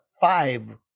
five